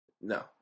No